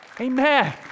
Amen